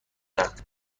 وقت